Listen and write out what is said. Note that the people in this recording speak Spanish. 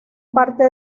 parte